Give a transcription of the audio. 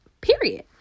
period